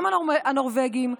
גם הנורבגים,